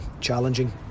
challenging